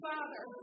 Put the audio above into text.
Father